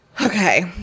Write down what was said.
okay